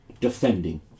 Defending